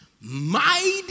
Mighty